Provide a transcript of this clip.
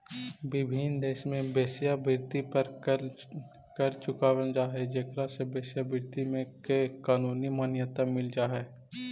विभिन्न देश में वेश्यावृत्ति पर कर चुकावल जा हई जेकरा से वेश्यावृत्ति के कानूनी मान्यता मिल जा हई